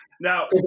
Now